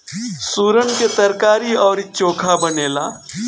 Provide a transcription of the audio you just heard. सुरन के तरकारी अउरी चोखा बनेला